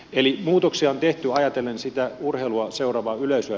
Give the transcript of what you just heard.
eli muutoksia on tehty ajatellen sitä urheilua seuraavaa yleisöä